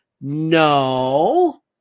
no